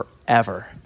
forever